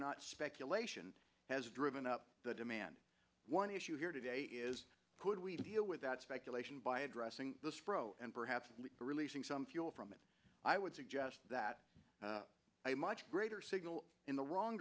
not speculation has driven up the demand one issue here today is could we deal with that speculation by addressing the spro and perhaps releasing some fuel from it i would suggest that a much greater signal in the wrong